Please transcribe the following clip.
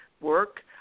work